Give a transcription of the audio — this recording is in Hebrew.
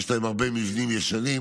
יש להם הרבה מבנים ישנים,